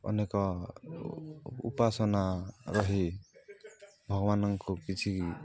ଅନେକ ଉପାସନା ରହି ଭଗବାନଙ୍କୁ କିଛି